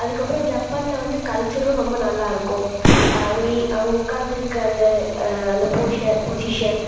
அதுக்கப்புறம் ஜப்பானில் வந்து கல்ச்சரும் ரொம்ப நல்லாயிருக்கும் அவங்க இ அவங்க உட்காந்திருக்க அந்த அந்த பூஷ பொசிஷன்